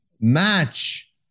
match